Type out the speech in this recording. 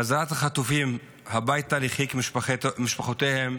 חזרת החטופים הביתה לחיק משפחותיהם,